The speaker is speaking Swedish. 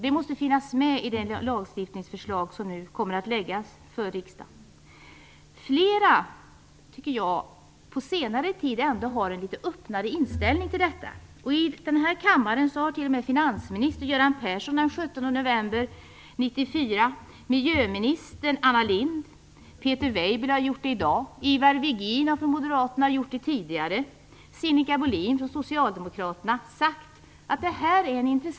Det måste finnas med i det lagstiftningsförslag som nu kommer att läggas fram för riksdagen. Jag tycker att många under senare tid fått en litet mer öppen inställning till detta. I denna kammare har det t.o.m. sagts att detta är en intressant fråga som är väl värd att pröva. Det sade finansminister Göran Moderaterna tidigare och Sinikka Bohlin från Socialdemokraterna.